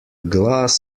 glass